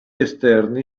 esterni